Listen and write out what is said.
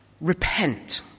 repent